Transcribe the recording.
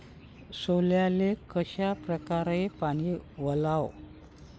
सोल्याले कशा परकारे पानी वलाव?